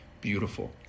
beautiful